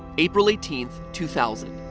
april eighteenth, two thousand,